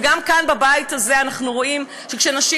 וגם כאן בבית הזה אנחנו רואים שכשנשים